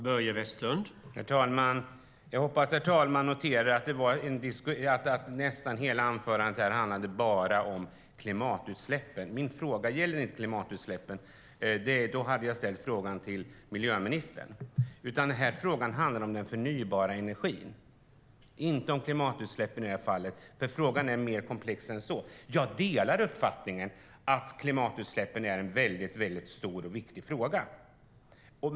Herr talman! Jag hoppas att talmannen noterar att nästan hela anförandet handlade om klimatutsläppen. Men min fråga gäller inte klimatutsläppen. I så fall hade jag ställt den till miljöministern. Frågan handlar om den förnybara energin, inte om klimatutsläppen. Det är mer komplext än så. Jag delar uppfattningen att klimatutsläppen är en väldigt stor och viktig fråga.